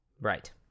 right